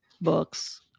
books